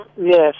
Yes